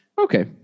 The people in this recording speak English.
Okay